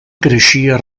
creixia